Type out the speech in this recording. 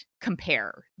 compare